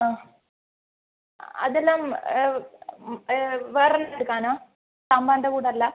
ആ അതെല്ലാം വേറെ എടുക്കാനാ സാമ്പാറിൻ്റെ കൂടല്ല